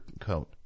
coat